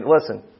listen